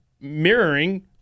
mirroring